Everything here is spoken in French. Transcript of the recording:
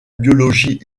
biologie